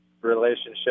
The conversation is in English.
relationship